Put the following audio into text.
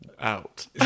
out